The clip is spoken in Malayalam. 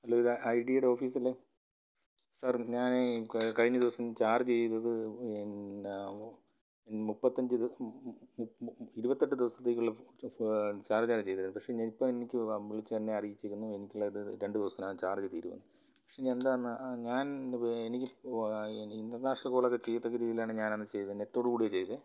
ഹലോ ഇത് ഐഡിയയുടെ ഓഫീസല്ലേ സാർ ഞാനേ ഈ കഴിഞ്ഞ ദിവസം ചാർജ് ചെയ്തത് പിന്ന മുപ്പത്തഞ്ച് ഇരുപത്തെട്ട് ദിവസത്തേക്കുള്ള ചാർജ്ജാണ് ചെയ്തത് പക്ഷേ ഇപ്പം എനിക്ക് വിളിച്ച് എന്നെ അറിയിച്ചിരിക്കുന്നു എനിക്ക് അത് രണ്ടു ദിവസത്തിനകം ചാർജ്ജ് തീരുമെന്ന് പക്ഷേ എന്താണെന്നു ഞാൻ എനിക്ക് എനിക്ക് ഇൻ്റർനാഷണൽ കോളൊക്കെ ചെയ്യത്തക്ക രീതിയിലാണ് ഞാൻ അന്ന് ചെയ്തത് നെറ്റോടു കൂടിയാണ് ചെയ്തത്